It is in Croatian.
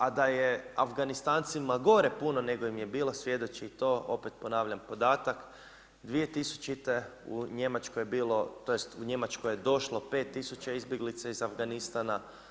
A da je Afganistancima gore puno nego im je bilo svjedoči i to, opet ponavljam podatak 2000. u Njemačkoj je bilo, tj. u Njemačkoj je došlo 5000 izbjeglica iz Afganistana.